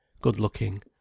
good-looking